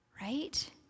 right